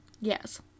Yes